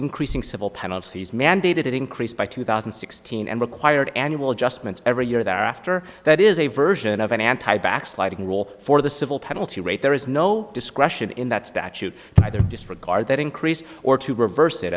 increasing civil penalties mandated increased by two thousand and sixteen and required annual adjustments every year there after that is a version of an anti backsliding rule for the civil penalty rate there is no discretion in that statute either disregard that increase or to reverse